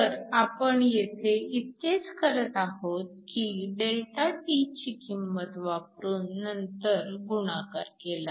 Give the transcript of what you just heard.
तर आपण येथे इतकेच करत आहोत की ΔT ची किंमत वापरून नंतर गुणाकार केला